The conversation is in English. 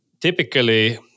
typically